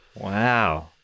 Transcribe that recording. Wow